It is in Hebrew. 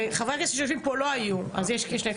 שחברי הכנסת ידברו ושאוכל לשחרר אותם לדברים אחרים שיש להם.